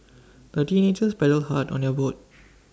the teenagers paddled hard on their boat